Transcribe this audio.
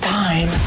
time